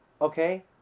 Okay